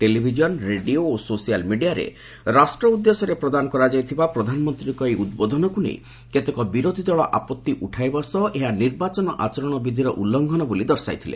television radio ଓ social ମିଡିଆରେ ରାଷ୍ଟ୍ର ଉଦ୍ଦେଶ୍ୟରେ ପ୍ରଦାନ କରାଯାଇଥିବା ପ୍ରଧାନମନ୍ତ୍ରୀଙ୍କ ଏହି ଉଦ୍ବୋଧନକୁ ନେଇ କେତେକ ବିରୋଧୀ ଦଳ ଆପତ୍ତି ଉଠାଇବା ସହ ଏହା ନିର୍ବାଚନ ଆଚରଣ ବିଧିର ଉଲ୍ଲ୍ଙ୍ଘନ ବୋଲି ଦର୍ଶାଇଥିଲେ